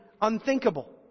unthinkable